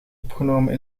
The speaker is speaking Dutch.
opgenomen